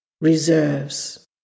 reserves